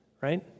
right